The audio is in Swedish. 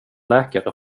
läkare